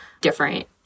different